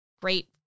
great